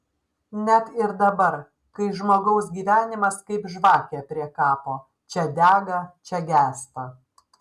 net ir dabar kai žmogaus gyvenimas kaip žvakė prie kapo čia dega čia gęsta